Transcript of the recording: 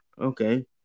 Okay